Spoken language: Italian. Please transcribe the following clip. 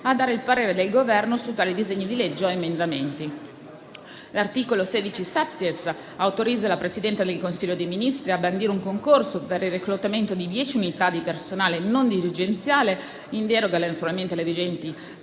a dare il parere del Governo su tali disegni di legge o emendamenti. L'articolo 16-*septies* autorizza la Presidenza del Consiglio dei ministri a bandire un concorso per il reclutamento di dieci unità di personale non dirigenziale, in deroga alle vigenti